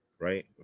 right